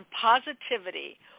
positivity